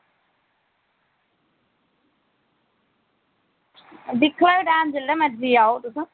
दिक्खी लैएओ टैम जेल्लै मर्जी आओ तुस